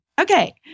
Okay